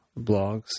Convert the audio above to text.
blogs